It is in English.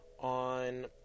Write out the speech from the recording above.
on